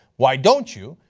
why don't you?